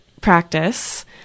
practice